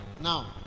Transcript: now